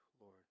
Lord